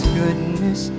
goodness